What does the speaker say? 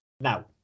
now